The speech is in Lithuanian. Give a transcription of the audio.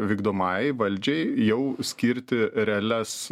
vykdomajai valdžiai jau skirti realias